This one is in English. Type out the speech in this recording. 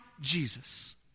Jesus